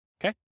okay